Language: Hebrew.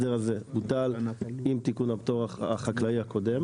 ההסדר הזה בוטל עם תיקון הפטור החקלאי הקודם.